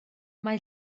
mae